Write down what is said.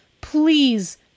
please